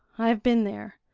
i've been there.